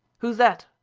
who's that?